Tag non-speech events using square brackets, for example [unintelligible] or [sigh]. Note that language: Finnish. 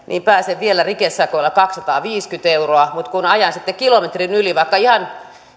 [unintelligible] niin pääsen vielä rikesakoilla kaksisataaviisikymmentä euroa mutta kun ajan sitten kilometrin yli vaikka ihan